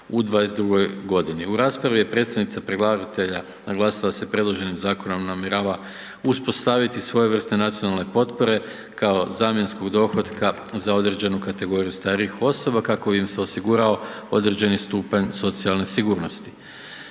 U raspravi je predstavnica predlagatelja naglasila da se predloženim zakonom namjerava uspostaviti svojevrsne nacionalne potpore kao zamjenskog dohotka za određenu kategoriju starijih osoba kako bi im se osigurao određeni stupanj socijalne sigurnosti.